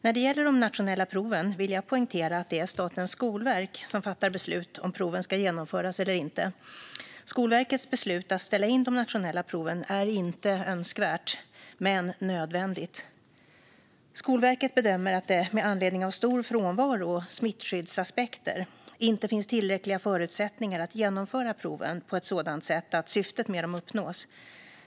När det gäller de nationella proven vill jag poängtera att det är Statens skolverk som fattar beslut om proven ska genomföras eller inte. Skolverkets beslut att ställa in de nationella proven är inte önskvärt, men nödvändigt. Skolverket bedömer att det, med anledning av stor frånvaro och smittskyddsaspekter, inte finns tillräckliga förutsättningar att genomföra proven på ett sådant sätt att syftet med dem uppnås.